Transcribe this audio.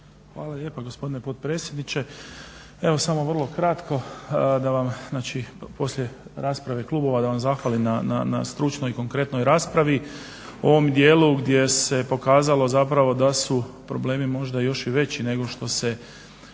Hvala lijepa gospodine potpredsjedniče. Evo samo vrlo kratko da vam poslije rasprave klubova zahvalim na stručnoj i konkretnoj raspravi u ovom dijelu gdje se pokazalo zapravo da su problemi možda još i veći nego što se